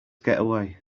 getaway